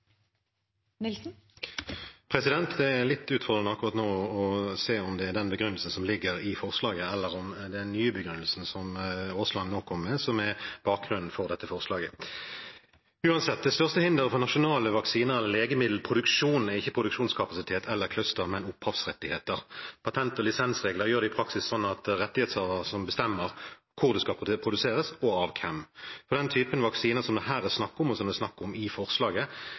litt utfordrende akkurat nå å se om det er den begrunnelsen som ligger i forslaget, eller om det er den nye begrunnelsen som representanten Aasland nå kom med, som er bakgrunnen for dette forslaget. Uansett: Det største hinderet for nasjonal vaksine- eller legemiddelproduksjon er ikke produksjonskapasitet eller cluster, men opphavsrettigheter. Patent- og lisensregler gjør det i praksis slik at det er rettighetshaver som bestemmer hvor det skal produseres, og av hvem. For den typen vaksiner det her er snakk om, og som det er snakk om i forslaget,